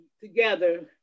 together